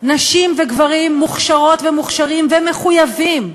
נשים וגברים מוכשרות ומוכשרים ומחויבים.